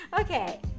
Okay